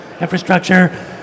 infrastructure